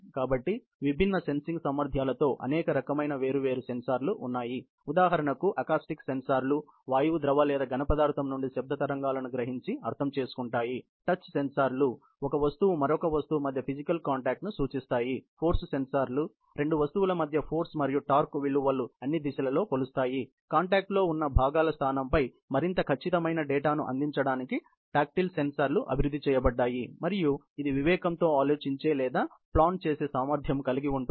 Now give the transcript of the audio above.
కాబట్టి విభిన్న సెన్సింగ్ సామర్ధ్యాలతో అనేకరకమైన వేరు వేరు సెన్సార్లు ఉన్నాయి ఉదాహరణకు ఆకాస్టిక్ సెన్సార్లు వాయువు ద్రవ లేదా ఘనపదార్థము నుండి శబ్ద తరంగాలను గ్రహించి అర్థం చేసుకుంటాయి టచ్ సెన్సార్లు సెన్సార్ ఒక వస్తువు మరియు మరొక వస్తువు మధ్య ఫీజికల్ కాంటాక్ట్ సూచిస్తాయి ఫోర్స్ సెన్సార్లు రెండు వస్తువుల మధ్య ఫోర్స్ మరియు టార్క్ విలువలు అన్నిదిశలలో కొలుస్తాయి కాంటాక్ట్ లో ఉన్న భాగాల స్థానంపై మరింత ఖచ్చితమైన డేటాను అందించడానికి టాక్టిల్ సెన్సార్లు అభివృద్ధి చేయబడ్డాయి మరియు ఇది వివేకంతో ఆలోచించే లేదా ప్లాన్ చేసే సామర్థ్యం కలిగిఉంటుంది